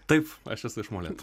taip aš esu iš molėtų